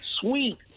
sweet